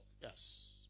Yes